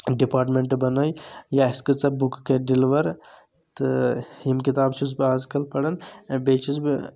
ڈپارٹمنٹہٕ بنأے یا اَسہِ کۭژاہ بُکہٕ کرِ ڈِلور تہٕ یِم کِتابہٕ چھُس بہٕ اَز کل پران بیٚیہِ چھُس بہٕ